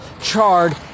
charred